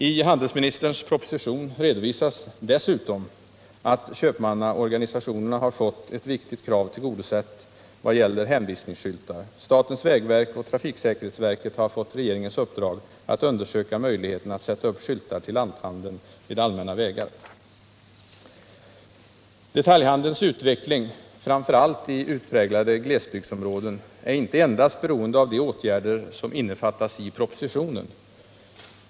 I handelsministerns proposition redovisas dessutom, att köpmannaorganisationerna har fått ett viktigt krav tillgodosett vad gäller hänvisningsskyltar. Statens vägverk och trafiksäkerhetsverket har fått regeringens uppdrag att undersöka möjligheterna att sätta upp skyltar till lanthandeln vid allmänna vägar. Detaljhandelns utveckling — framför allt i utpräglade glesbygdsområden — är inte endast beroende av de åtgärder som innefattas i propositionen.